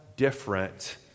different